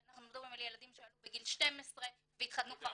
ואנחנו מדברים על ילדים שעלו בגיל 12 והתחתנו כבר